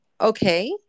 Okay